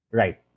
right